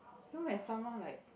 you know when someone like